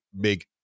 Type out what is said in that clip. big